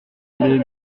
les